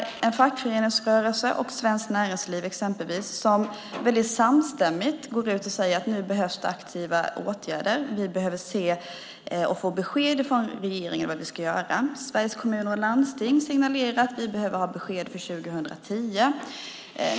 Fackföreningsrörelsen och Svenskt Näringsliv har samstämmigt gått ut och sagt att nu behövs det aktiva åtgärder. Vi behöver få besked från regeringen om vad vi ska göra. Sveriges Kommuner och Landsting signalerar att man behöver ha besked för 2010.